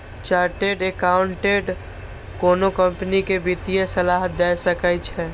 chartered accountant कोनो company कें वित्तीय सलाह दए सकै छै